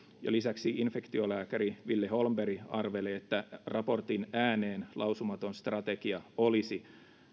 ja lisäksi infektiolääkäri ville holmberg arvelee että raportin ääneen lausumaton strategia olisi